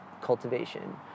cultivation